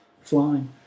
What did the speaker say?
flying